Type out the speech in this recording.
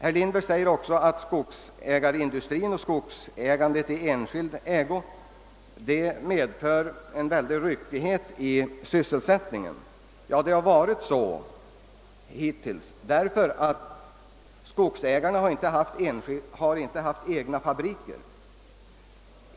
Herr Lindberg säger också att det enskilda skogsägandet medför en ryckighet i sysselsättningen. Ja, det har varit så hittills, därför att skogsägarna inte haft egna fabriker.